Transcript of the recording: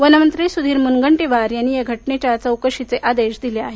one मंत्री सुधीर मूनगंटीवार यांनी या घटनेच्या चौकशीचे आदेश दिले आहेत